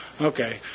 Okay